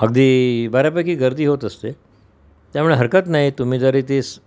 अगदी बऱ्यापैकी गर्दी होत असते त्यामुळे हरकत नाही तुम्ही जरी ती